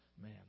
man